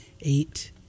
eight